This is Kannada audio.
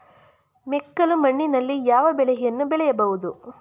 ಮೆಕ್ಕಲು ಮಣ್ಣಿನಲ್ಲಿ ಯಾವ ಬೆಳೆಯನ್ನು ಬೆಳೆಯಬಹುದು?